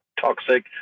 Toxic